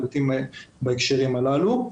היבטים בהקשרים הללו.